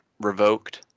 revoked